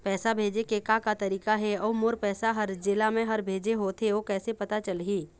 पैसा भेजे के का का तरीका हे अऊ मोर पैसा हर जेला मैं हर भेजे होथे ओ कैसे पता चलही?